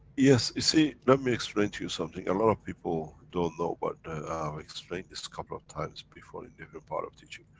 yes you see, let me explain to you something, a lot of people don't know but. i've explained this a couple of times before in different part of teaching.